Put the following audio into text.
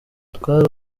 twari